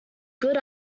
good